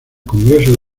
congreso